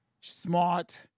Smart